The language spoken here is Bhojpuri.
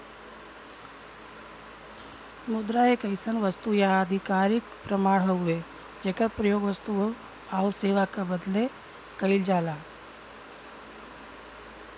मुद्रा एक अइसन वस्तु या आधिकारिक प्रमाण हउवे जेकर प्रयोग वस्तु आउर सेवा क बदले कइल जाला